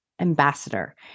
ambassador